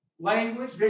language